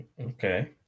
Okay